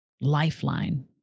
lifeline